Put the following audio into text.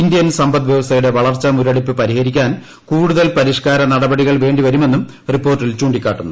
Indian സമ്പദ്വ്യവസ്ഥയുടെ വളർച്ചാ മുർടിപ്പ് പരിഹരിക്കാൻ കൂടുതൽ പരിഷ്ക്കാര നടപടികൾ വ്വീണ്ടി വരുമെന്നും റിപ്പോർട്ടിൽ ചൂണ്ടിക്കാട്ടുന്നു